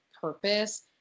purpose